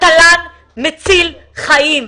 התל"ן מציל חיים,